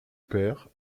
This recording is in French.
père